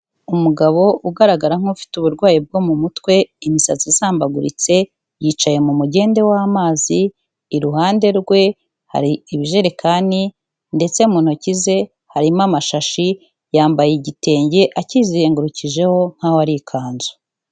Umugabo ugaragara nk'ufite uburwayi bwo mu mutwe, imisatsi isambaguritse, yicaye mu mugende w'amazi, iruhande rwe, hari ibijerekani ndetse mu ntoki ze harimo amashashi, yambaye igitenge akizengurukijeho nk'aho ari ikanzu.